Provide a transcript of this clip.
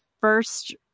first